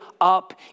up